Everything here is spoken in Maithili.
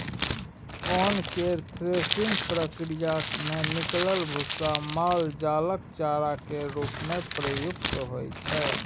ओन केर थ्रेसिंग प्रक्रिया मे निकलल भुस्सा माल जालक चारा केर रूप मे प्रयुक्त होइ छै